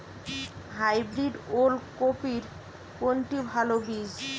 Hybrid ওল কপির কোনটি ভালো বীজ?